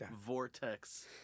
vortex